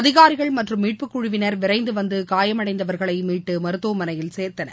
அதிகாரிகள் மற்றும் மீட்புக் குழுவினர் விரைந்து வந்து காயடைந்தவர்களை மீட்டு மருத்துவமனையில் சேர்த்தனர்